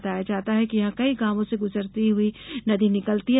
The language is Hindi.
बताया जाता है कि यहां कई गांवों से गुजरती हुई नदी निकलती है